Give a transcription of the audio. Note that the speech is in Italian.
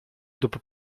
dopo